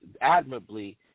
admirably